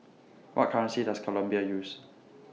What currency Does Colombia use